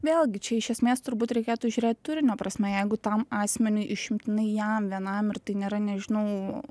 vėlgi čia iš esmės turbūt reikėtų žiūrėt turinio prasme jeigu tam asmeniui išimtinai jam vienam ir tai nėra nežinau